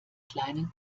kleinen